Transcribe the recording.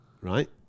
Right